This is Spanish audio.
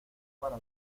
para